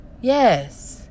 Yes